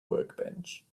workbench